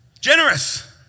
generous